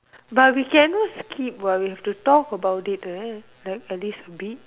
but we cannot skip what we have to talk about it right like at least bit